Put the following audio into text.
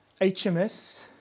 HMS